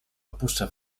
opuszczę